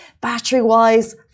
battery-wise